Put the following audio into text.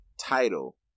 title